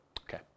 Okay